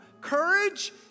courage